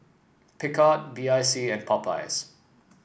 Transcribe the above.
Picard B I C and Popeyes